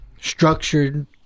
structured